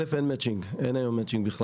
אין מצ'ינג בכלל.